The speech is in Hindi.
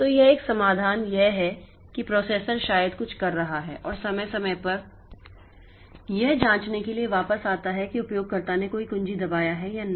तो एक समाधान यह है कि प्रोसेसर शायद कुछ कर रहा है और समय समय पर यह जांचने के लिए वापस आता है कि उपयोगकर्ता ने कोई कुंजी दबाया है या नहीं